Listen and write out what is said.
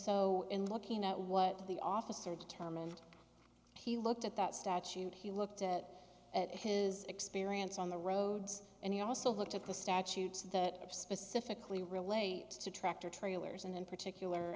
so in looking at what the officer determined he looked at that statute he looked at his experience on the roads and he also looked at the statutes that specifically relate to tractor trailers and in particular